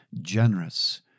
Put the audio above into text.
generous